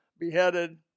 beheaded